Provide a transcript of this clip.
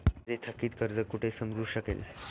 माझे थकीत कर्ज कुठे समजू शकेल?